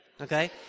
Okay